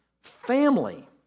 family